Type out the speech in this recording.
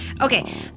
Okay